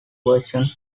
version